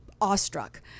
awestruck